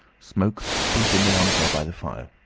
smoke, sleep in the armchair by the fire.